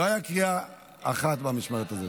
לא הייתה קריאה אחת במשמרת הזאת.